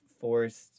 forced